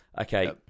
Okay